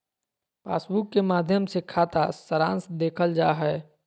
passbook के माध्मय से खाता सारांश देखल जा हय